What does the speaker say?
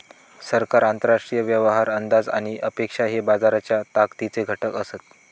सरकार, आंतरराष्ट्रीय व्यवहार, अंदाज आणि अपेक्षा हे बाजाराच्या ताकदीचे घटक असत